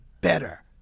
better